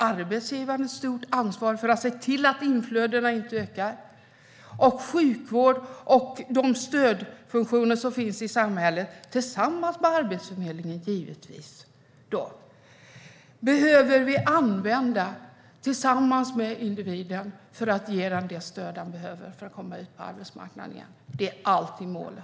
Arbetsgivarna har ett stort ansvar för att se till att inflödena inte ökar. Vi behöver använda sjukvården, de stödfunktioner som finns i samhället och givetvis Arbetsförmedlingen för att ge individen det stöd som behövs för att han eller hon ska komma ut på arbetsmarknaden igen. Det är alltid målet.